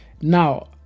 now